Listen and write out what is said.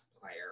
player